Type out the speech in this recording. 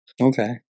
okay